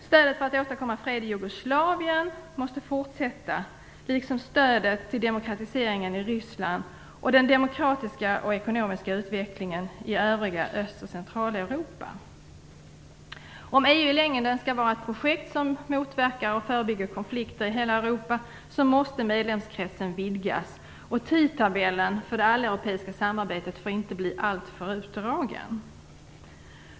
Stödet för att åstadkomma fred i Jugoslavien måste fortsätta, liksom stödet till demokratiseringen i Ryssland och den demokratiska och ekonomiska utvecklingen i övriga Öst och Om EU i längden skall vara ett projekt som motverkar och förebygger konflikter i hela Europa, måste medlemskretsen vidgas. Tidtabellen för det alleuropeiska samarbetet får inte bli alltför utdragen.